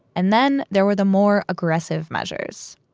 and then there were the more aggressive measures.